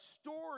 story